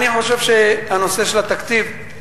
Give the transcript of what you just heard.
אני חושב בנושא של התקציב,